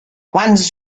once